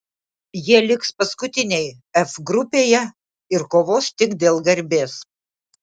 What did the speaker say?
jie liks paskutiniai f grupėje ir kovos tik dėl garbės